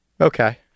Okay